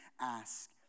ask